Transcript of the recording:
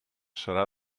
serà